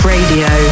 Radio